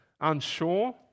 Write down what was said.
unsure